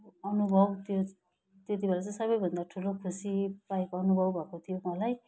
अनुभव त्यो त्यति बेला चाहिँ सबैभन्दा ठुलो खुसी पाएको अनुभव भएको थियो मलाई